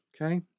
okay